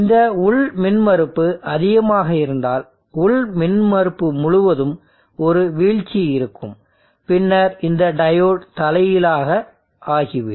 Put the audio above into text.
இந்த உள் மின்மறுப்பு அதிகமாக இருந்தால் உள் மின்மறுப்பு முழுவதும் ஒரு வீழ்ச்சி இருக்கும் பின்னர் இந்த டையோடு தலைகீழாக ஆகிவிடும்